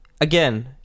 again